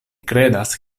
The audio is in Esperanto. kredas